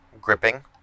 gripping